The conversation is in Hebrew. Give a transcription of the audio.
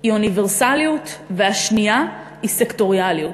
היא אוניברסליות והשנייה היא סקטוריאליות.